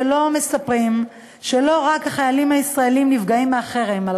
מספרים שלא רק החיילים הישראלים נפגעים מהחרם על